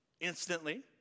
instantly